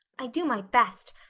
i do my best.